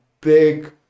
big